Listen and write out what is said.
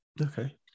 okay